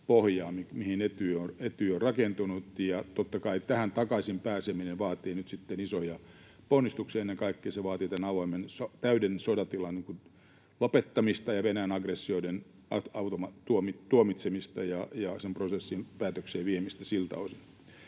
mille Etyj on rakentunut, ja totta kai tähän takaisin pääseminen vaatii nyt sitten isoja ponnistuksia. Ennen kaikkea se vaatii tämän avoimen, täyden sotatilan lopettamista ja Venäjän aggressioiden tuomitsemista ja sen prosessin päätökseen viemistä siltä osin.